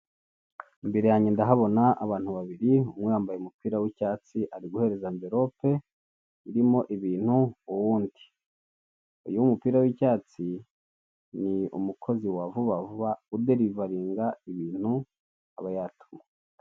Imbere yange ndahabona abantu babiri, umwe yambaye umupira w'icyatsi ari guhereza amverope, rimo ibintu uwundi, uyu w'umupira w'icyatsi ni umukozi wa vubavuva, uderivaringa ibintu aba yatumwe.